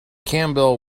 campbell